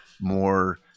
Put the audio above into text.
more